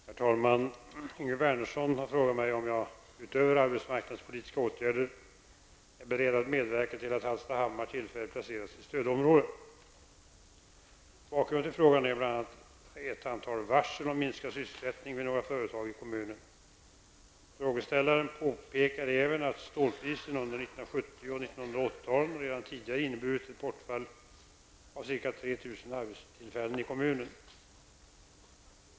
Herr talman! Yngve Wernersson har frågat mig om jag, utöver arbetsmarknadspolitiska åtgärder, är beredd att medverka till att Hallstahammar tillfälligt placeras i stödområde? Bakgrund till frågan är bl.a. ett antal varsel om minskad sysselsättning vid några företag i kommunen. Frågeställaren påpekar även att stålkrisen under 1970 och 1980-talen redan tidigare inneburit ett bortfall av ca 3 000 arbetstillfällen i kommunen.